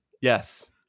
yes